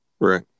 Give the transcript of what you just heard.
Right